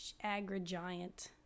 agri-giant